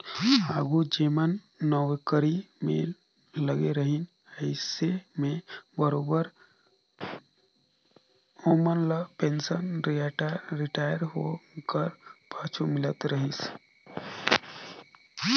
आघु जेमन नउकरी में लगे रहिन अइसे में बरोबेर ओमन ल पेंसन रिटायर होए कर पाछू मिलत रहिस